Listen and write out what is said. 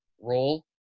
role